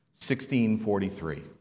1643